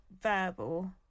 verbal